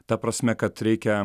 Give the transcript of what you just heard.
ta prasme kad reikia